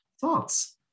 thoughts